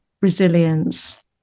resilience